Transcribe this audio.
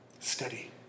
Steady